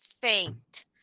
faint